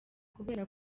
kubera